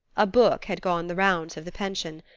a book had gone the rounds of the pension.